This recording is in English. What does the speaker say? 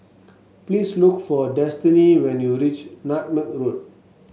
please look for Destiny when you reach Nutmeg Road